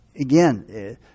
again